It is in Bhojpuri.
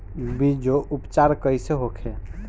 बीजो उपचार कईसे होखे?